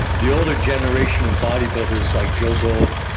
the older generation of body builders, like joe gold,